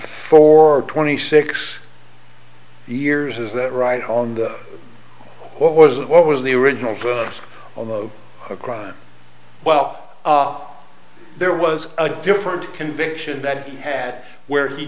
or twenty six years is that right on the what was what was the original for us all of a crime well up there was a different conviction that had where he